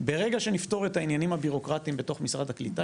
ברגע שנפתור את העניינים הבירוקרטיים בתוך משרד הקליטה,